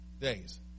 days